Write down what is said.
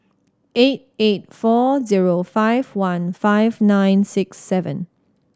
eight eight four zero five one five nine six seven